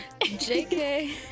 JK